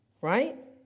right